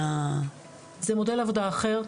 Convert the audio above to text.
זה מודל עבודה אחר.